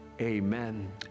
amen